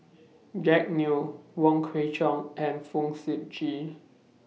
Jack Neo Wong Kwei Cheong and Fong Sip Chee